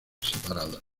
separadas